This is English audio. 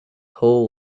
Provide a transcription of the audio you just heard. whole